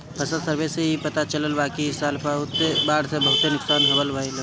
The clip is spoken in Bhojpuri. फसल सर्वे से इ पता चलल बाकि इ साल बाढ़ से बहुते नुकसान भइल हवे